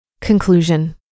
Conclusion